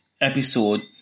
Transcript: episode